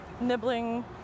nibbling